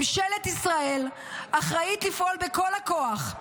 ממשלת ישראל אחראית לפעול בכל הכוח,